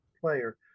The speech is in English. player